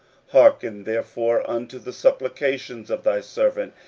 hearken therefore unto the supplications of thy servant,